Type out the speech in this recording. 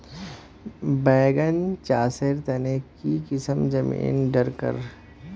बैगन चासेर तने की किसम जमीन डरकर?